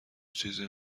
چیزی